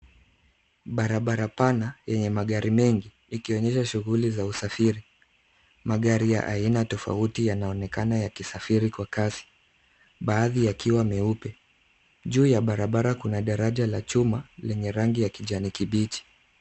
Barabara pana yenye magari mengi, ikionyesha shughuli za usafiri. Magari ya aina tofauti yanaonekana yakisafiri kwa kasi, baadhi yakiwa meupe. Juu ya barabara kuna daraja la chuma lenye rangi ya kijani kibichi.